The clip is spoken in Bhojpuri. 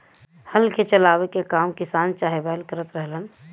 हल के चलावे के काम किसान चाहे बैल करत रहलन